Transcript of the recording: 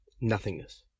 Nothingness